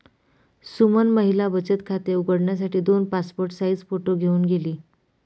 सुमन महिला बचत खाते उघडण्यासाठी दोन पासपोर्ट साइज फोटो घेऊन गेली